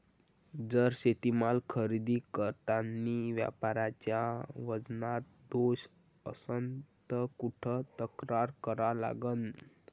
जर शेतीमाल खरेदी करतांनी व्यापाऱ्याच्या वजनात दोष असन त कुठ तक्रार करा लागन?